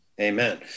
Amen